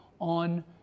on